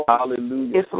Hallelujah